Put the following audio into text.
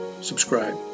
subscribe